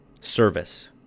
Service